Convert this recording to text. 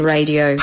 Radio